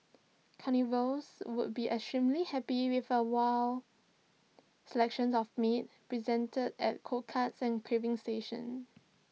carnivores would be extremely happy with A wide selection of meats presented at cold cuts and carving station